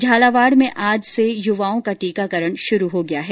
झालावाड़ में आज से युवाओं का टीकाकरण शुरू हो गया है